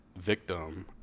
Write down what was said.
victim